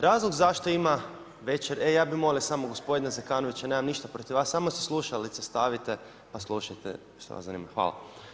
Razlog zašto ima veće… ... [[Upadica: ne čuje se.]] E, ja bi molio samo gospodina Zekanovića, nemam ništa protiv vas, samo si slušalice stavite pa slušajte što vas zanima, hvala.